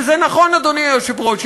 וזה נכון, אדוני היושב-ראש.